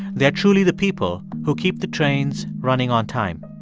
they're truly the people who keep the trains running on time.